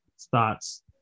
thoughts